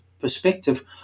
perspective